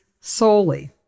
solely